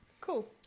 Cool